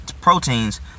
proteins